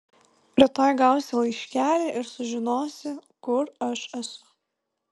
rytoj gausi laiškelį ir sužinosi kur aš esu